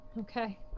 Okay